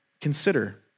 Consider